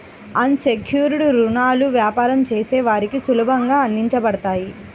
అన్ secured రుణాలు వ్యాపారం చేసే వారికి సులభంగా అందించబడతాయి